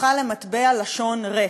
הפכה למטבע לשון ריק.